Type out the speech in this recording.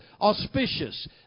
auspicious